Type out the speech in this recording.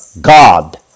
God